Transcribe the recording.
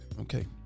Okay